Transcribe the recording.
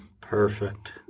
Perfect